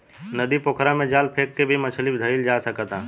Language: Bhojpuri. नदी, पोखरा में जाल फेक के भी मछली धइल जा सकता